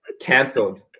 cancelled